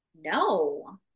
No